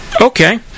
Okay